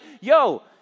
yo